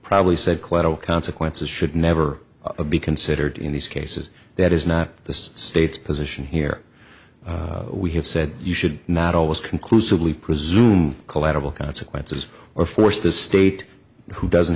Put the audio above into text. probably said collateral consequences should never be considered in these cases that is not the state's position here we have said you should not always conclusively presume collateral consequences or force the state who doesn't